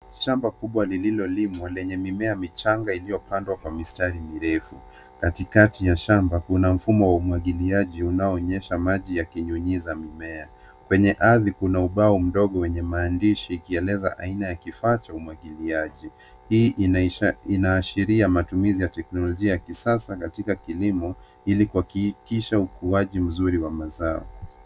Shamba kubwa lililo limwa lenye mimea michanga iliyo pandwa kwa mistari mirefu. Katikati ya shamba kuna mfumo wa umwagiliaji unaonyesha maji yaki nyunyiza mimea. Kwenye ardhi kuna ubao mdogo wenye maandishi ikieleza aina ya kifaa cha umwagiliaji, hii ina ashiria matumizi ya teknolojia ya kisasa katika kilimo ili kuhakikisha ukuaji mzuri wa mazao.